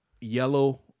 yellow